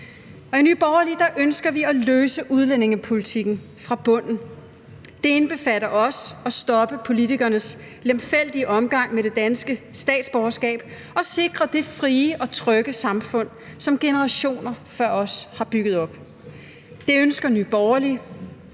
I Nye Borgerlige ønsker vi at løse udlændingespørgsmålet fra bunden. Det indbefatter også at stoppe politikernes lemfældige omgang med det danske statsborgerskab og sikre det frie og trygge samfund, som generationer før os har bygget op. Det ønsker Nye Borgerlige.